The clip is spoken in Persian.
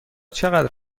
چقدر